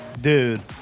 Dude